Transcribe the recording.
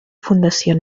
fundació